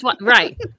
right